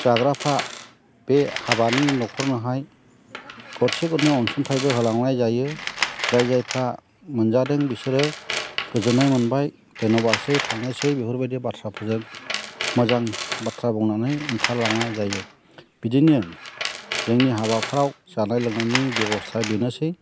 जाग्राफ्रा बे हाबानि न'खरनोहाय गरसे गरनै अनसुंथायबो होलांनाय जायो जाय जायफ्रा मोनजादों बिसोरो गोजोन्नाय मोनबाय धयन'बादसै थांनोसै बेफोरबायदि मोजां बाथ्रा बुंनानै ओंखार लांनाय जायो बिदिनो जोंनि हाबाफ्राव जानाय लोंनायनि बेबस्थाया बेनोसै